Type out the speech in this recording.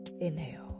Inhale